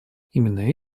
именно